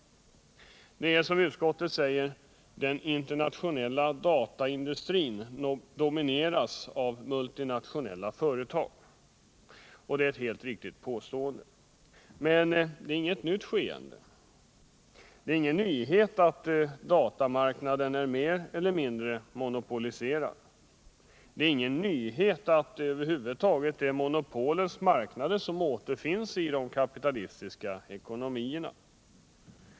Utskottets påstående att den internationella dataindustrin domineras av multinationella företag är helt riktigt. Men det är ingen nyhet att datamarknaden är mer eller mindre monopoliserad. Det är ingen nyhet att det över huvud taget är monopolens marknader som återfinns i de kapitalistiska ekonomierna.